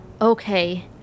Okay